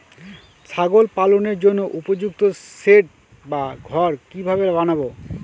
ছাগল পালনের জন্য উপযুক্ত সেড বা ঘর কিভাবে বানাবো?